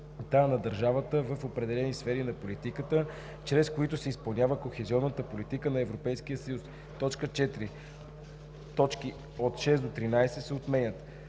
на държавата в определени сфери на политиката, чрез които се изпълнява Кохезионната политика на Европейския съюз.“ 4. Точки 6 – 13 се отменят.